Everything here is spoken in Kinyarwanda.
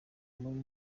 muri